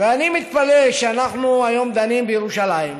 ואני מתפלא שאנחנו היום דנים בירושלים,